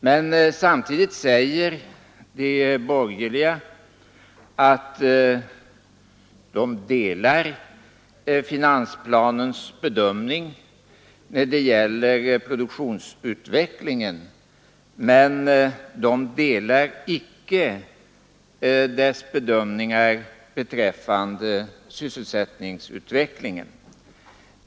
Men samtidigt säger de borgerliga att de instämmer i finansplanens bedömning om produktionsutvecklingen men icke i dess bedömning beträffande sysselsättningsutvecklingen.